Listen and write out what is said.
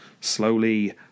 Slowly